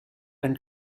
and